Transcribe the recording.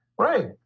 Right